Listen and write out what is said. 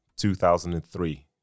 2003